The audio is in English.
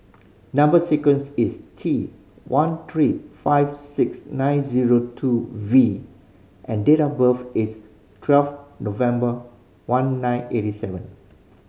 number sequence is T one three five six nine zero two V and date of birth is twelve November one nine eighty seven